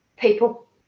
People